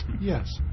Yes